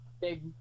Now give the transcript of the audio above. big